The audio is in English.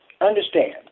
understand